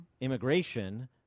immigration